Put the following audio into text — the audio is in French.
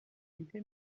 été